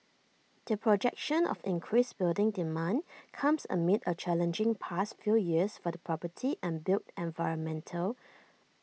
the projection of increased building demand comes amid A challenging past few years for the property and built environment